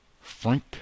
Frank